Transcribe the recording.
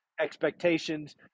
Expectations